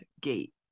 Gate